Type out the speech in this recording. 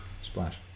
Splash